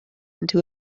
into